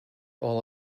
all